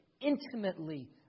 intimately